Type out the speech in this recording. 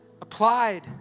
applied